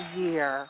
year